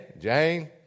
Jane